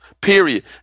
period